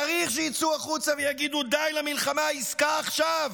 צריך שיצאו החוצה ויגידו: די למלחמה, עסקה עכשיו,